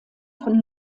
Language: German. von